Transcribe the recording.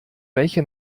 welche